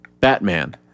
Batman